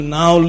now